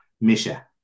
Misha